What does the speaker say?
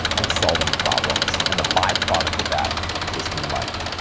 and solving problems. and the byproduct of that is money.